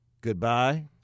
Goodbye